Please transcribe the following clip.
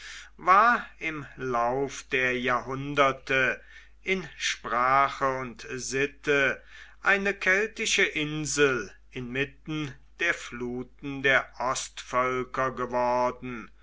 war im lauf der jahrhunderte in sprache und sitte eine keltische insel inmitten der fluten der ostvölker geworden